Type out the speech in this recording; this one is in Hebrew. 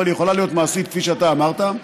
אבל היא יכולה להיות מעשית כפי שאתה אמרת.